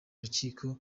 rukiko